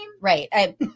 Right